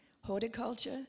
horticulture